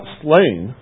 slain